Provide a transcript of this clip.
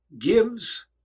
gives